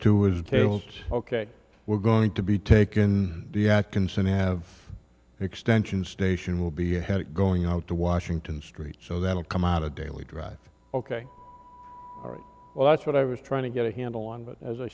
two is details ok we're going to be taken diac consent to have extension station will be ahead of going out to washington street so that'll come out a daily drive ok well that's what i was trying to get a handle on but as i